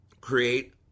Create